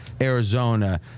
Arizona